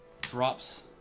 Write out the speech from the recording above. drops